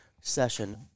session